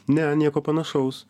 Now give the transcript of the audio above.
ne nieko panašaus